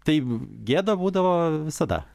tai gėda būdavo visada